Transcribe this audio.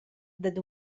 dad